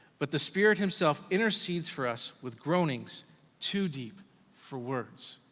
but the spirit himself intercedes for us with groanings too deep for words.